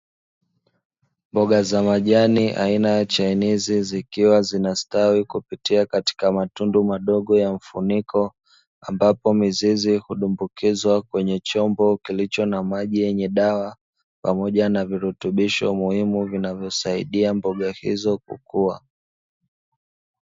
Mboga za majani aina ya chainizi zikiwa zinastawi kupitia katika matundu madogo ya mfuniko ambapo mizizi hutumbukizwa kwenye chombo kilicho na maji yenye dawa pamoja na virutubisho muhimu vinavyosaidia mboga hizo kukua.